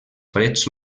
freds